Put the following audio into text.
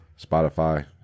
Spotify